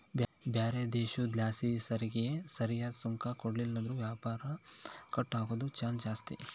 ಬ್ಯಾರೆ ದೇಶುದ್ಲಾಸಿಸರಕಿಗೆ ಸರಿಯಾದ್ ಸುಂಕ ಕೊಡ್ಲಿಲ್ಲುದ್ರ ವ್ಯಾಪಾರ ಕಟ್ ಆಗೋ ಚಾನ್ಸ್ ಜಾಸ್ತಿ